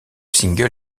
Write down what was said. single